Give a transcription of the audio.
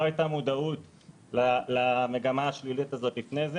לא הייתה מודעות למגמה השלילית לפני זה.